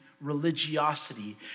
religiosity